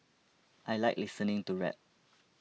I like listening to rap